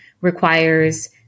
requires